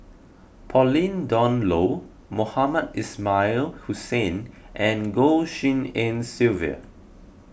Pauline Dawn Loh Mohamed Ismail Hussain and Goh Tshin En Sylvia